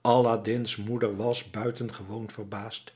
aladdin's moeder was buitengewoon verbaasd